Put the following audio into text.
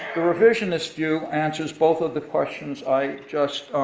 the revisionist view answers both of the questions i just